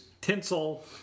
tinsel